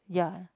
ya